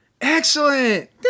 excellent